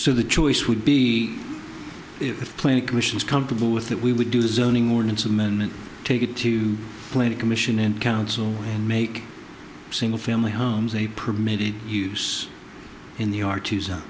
so the choice would be if plenty commissions comfortable with that we would do the zoning ordinance amendment take it to plan a commission in council and make single family homes a permitted use in the yard to s